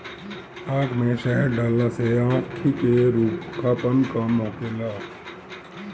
आँख में शहद डालला से आंखी के रूखापन कम होखेला